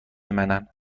منن